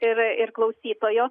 ir ir klausytojo